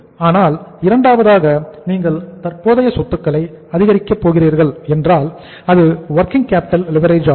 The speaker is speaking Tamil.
ஆனால் இரண்டாவதாக நீங்கள் தற்போதைய சொத்துக்களை அதிகரிக்க போகிறீர்கள் என்றால் அது வொர்கிங் கேப்பிட்டல் லிவரேஜ் ஆகும்